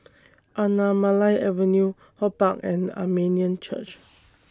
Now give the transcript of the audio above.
Anamalai Avenue HortPark and Armenian Church